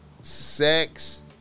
sex